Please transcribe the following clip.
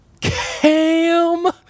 Cam